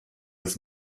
was